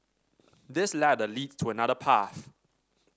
this ladder leads to another path